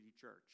Church